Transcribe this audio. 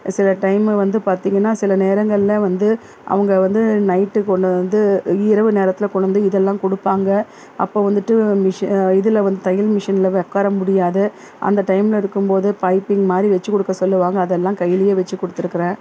சில டைமு வந்து பார்த்தீங்கன்னா சில நேரங்களில் வந்து அவங்க வந்து நைட்டு கொண்டு வந்து இரவு நேரத்தில் கொண்டு வந்து இதெல்லாம் கொடுப்பாங்க அப்போது வந்துட்டு மிஷி இதில் வந்து தையல் மிஷினில் உக்கார முடியாது அந்த டைமில் இருக்கும்போது பைப்பிங் மாதிரி வெச்சுக்குடுக்க சொல்லுவாங்க அதெல்லாம் கையிலையே வெச்சு கொடுத்துருக்கறேன்